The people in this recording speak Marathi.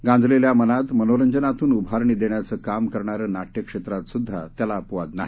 गांजलेल्या मनांना मनोरंजनातून उभारी देण्याचं काम करणारं नाट्यक्षेत्रातसुद्धा त्याला अपवाद नाही